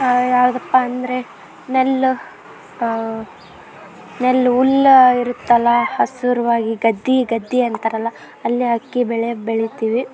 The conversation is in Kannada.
ಯಾವುದಪ್ಪಾಂದ್ರೆ ನೆಲ್ಲು ನೆಲ್ಲು ಹುಲ್ಲ ಇರುತ್ತಲ್ವ ಹಸುರ್ವಾಗಿ ಗದ್ದೆ ಗದ್ದೆ ಅಂತಾರಲ್ವ ಅಲ್ಲಿ ಅಕ್ಕಿ ಬೆಳೆ ಬೆಳೀತೀವಿ